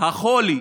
החולי